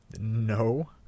No